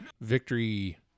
victory